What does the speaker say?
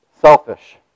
selfish